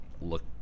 look